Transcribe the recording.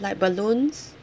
like balloons